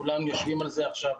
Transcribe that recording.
כולם יושבים על זה עכשיו.